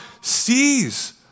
sees